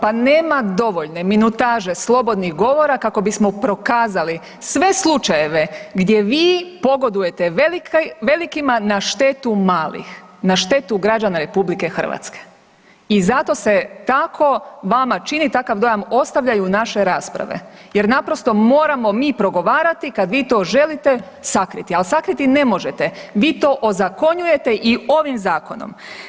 Pa nema dovoljne minutaže slobodnih govora kako bismo prokazali sve slučajeve gdje vi pogodujete velikima na štetu malih, na štetu građana RH i zato se tako vama čini, takav dojam ostavljaju naše rasprave jer naprosto moramo mi progovarati kad vi to želite sakriti, ali sakriti ne možete, vi to ozakonjujete i ovim Zakonom.